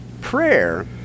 prayer